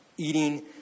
eating